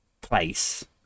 place